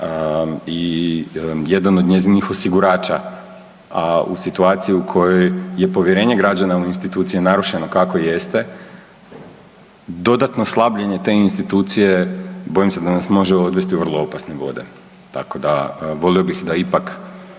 i jedan od njezinih osigurača, a u situaciju u kojoj je povjerenje građana u institucije narušeno kako jeste, dodatno slabljenje te institucije, bojim se da nas može odvesti u vrlo opasne vode. Tako da volio bih da ipak